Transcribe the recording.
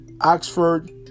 Oxford